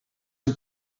een